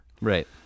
Right